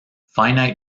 finite